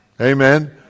Amen